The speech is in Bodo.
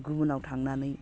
गुबुनाव थांनानै